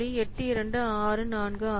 8264 ஆகும்